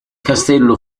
castello